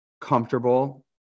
comfortable